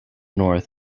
north